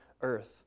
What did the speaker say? earth